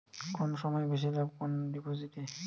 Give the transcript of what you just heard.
কম সময়ে বেশি লাভ কোন ডিপোজিটে?